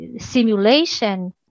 simulation